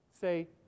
say